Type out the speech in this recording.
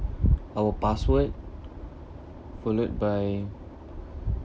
our password followed by